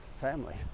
family